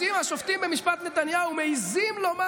אז אם השופטים במשפט נתניהו מעיזים לומר